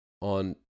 on